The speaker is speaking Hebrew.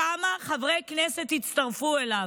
כמה חברי כנסת הצטרפו אליו,